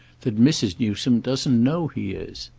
that mrs. newsome doesn't know he is.